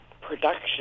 production